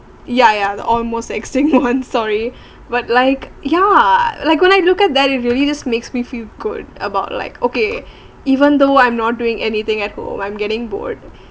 ya ya the almost extinct [one] sorry but like yeah like when I look at that it really just makes me feel good about like okay even though I'm not doing anything at home I'm getting bored